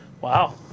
Wow